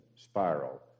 Spiral